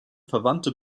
verwandte